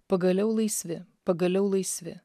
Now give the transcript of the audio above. pagaliau laisvi pagaliau laisvi